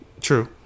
True